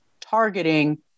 targeting